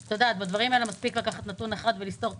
בדברים האלה מספיק לקחת נתון אחד ולסתור תיאוריה.